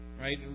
Right